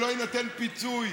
שלא יינתן פיצוי,